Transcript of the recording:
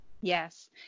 Yes